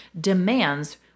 demands